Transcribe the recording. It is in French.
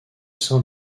sein